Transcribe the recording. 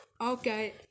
Okay